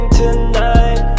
tonight